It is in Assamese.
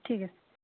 ঠিক আছে